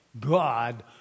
God